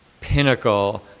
pinnacle